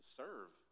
serve